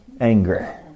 Anger